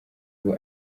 ubu